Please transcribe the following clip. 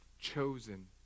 Chosen